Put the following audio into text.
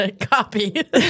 Copy